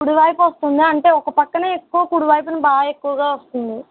కుడి వైపు వస్తుంది అంటే ఒక పక్కనే ఎక్కువ కుడి వైపునే బాగా ఎక్కువగా వస్తుంది